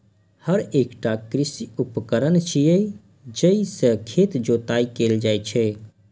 हर एकटा कृषि उपकरण छियै, जइ से खेतक जोताइ कैल जाइ छै